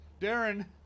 Darren